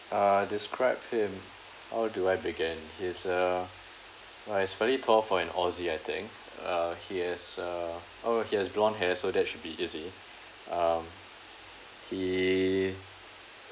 uh describe him how do I begin he's a ah he's very tall for an aussie I think uh he has a oh he has blonde hair so that should be easy um he